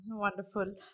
Wonderful